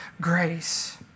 grace